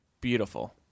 Beautiful